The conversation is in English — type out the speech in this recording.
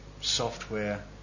software